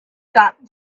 got